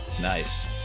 Nice